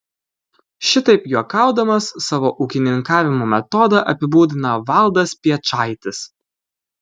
šitaip juokaudamas savo ūkininkavimo metodą apibūdina valdas piečaitis